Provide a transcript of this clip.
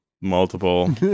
Multiple